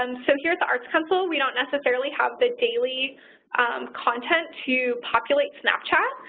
um so here at the arts council, we don't necessarily have the daily content to populate snapchat,